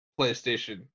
PlayStation